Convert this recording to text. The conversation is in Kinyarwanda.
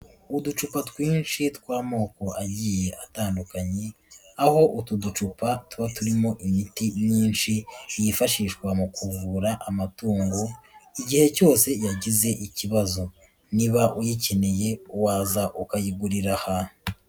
Uducupa twinshi tw'amoko agiye atandukanye, aho utu ducupa tuba turimo imiti myinshi, yifashishwa mu kuvura amatungo, igihe cyose yagize ikibazo. Niba uyikeneye waza ukayigurira aha.